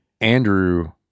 Andrew